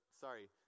sorry